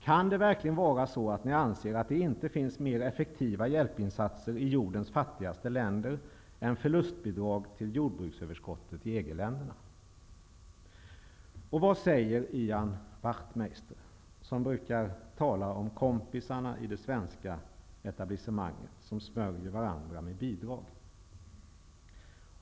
Kan det verkligen vara så, att ni anser att det inte finns mer effektiva hjälpinsatser i jordens fattigaste länder än förlustbidrag till jordbruksöverskottet i EG-länderna? Och vad säger Ian Wachtmeister, som brukar tala om kompisarna i det svenska etablissemanget som smörjer varandra med bidrag?